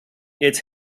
its